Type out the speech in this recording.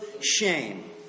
shame